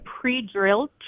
pre-drilled